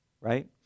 right